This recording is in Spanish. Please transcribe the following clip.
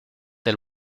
del